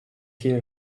hear